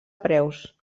preus